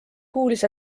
kuulis